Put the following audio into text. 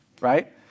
Right